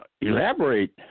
elaborate